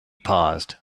paused